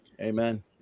Amen